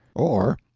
or,